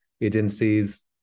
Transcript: agencies